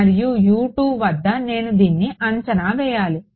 మరియు వద్ద నేను దీన్ని అంచనా వేయాలి